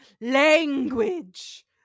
language